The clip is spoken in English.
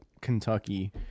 Kentucky